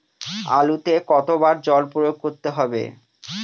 আলুতে কতো বার জল প্রয়োগ করতে হবে?